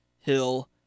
Hill